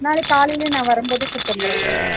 நாளைக்கு காலையிலேயே நான் வரும்போதே கூட்டு வந்துடுறேன் மேம்